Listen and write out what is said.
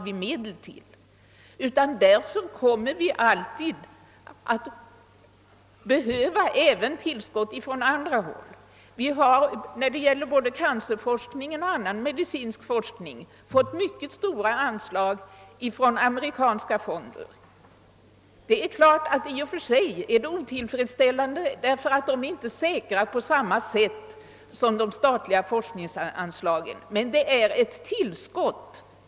Därför kommer vi alltid att behöva tillskott även från andra håll. När det gäller såväl cancerforskningen som annan medicinsk forskning har vi fått mycket stora anslag från amerikanska fonder. Det är i och för sig otillfredsställande, ty dessa anslag är inte säkra på samma sätt som statliga anslag. De är dock ett tillskott.